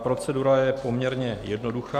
Procedura je poměrně jednoduchá.